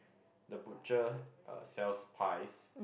the butcher uh sells pies